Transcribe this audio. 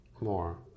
more